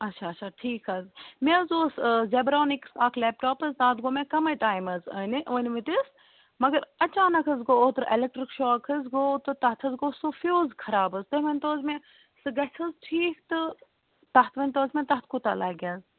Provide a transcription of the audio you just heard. اچھا اچھا ٹھیٖک حظ مےٚ حظ اوس جَبرانِکٕس اَکھ لیپٹاپ حظ تَتھ گوٚو مےٚ کَمے ٹایِم حظ ٲنِتھ أنۍ مٕتِس مگر اچانک حظ گوٚو اوٚترٕ ایٚلَکٹرک شاک حظ گوٚو تہٕ تَتھ حظ گوٚو سُہ فیوٗز خراب حظ تُہۍ ؤنۍ تَو حظ مےٚ سُہ گژھِ حظ ٹھیٖک تہٕ تَتھ وٕنۍ تَو حظ مےٚ تَتھ کوٗتاہ حظ لَگہِ